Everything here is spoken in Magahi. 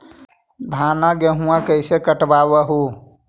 धाना, गेहुमा कैसे कटबा हू?